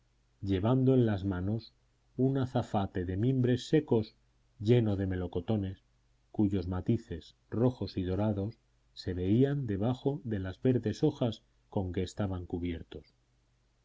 llevando en las manos un azafate de mimbres secos lleno de melocotones cuyos matices rojos y dorados se veían debajo de las verdes hojas con que estaban cubiertos